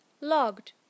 Logged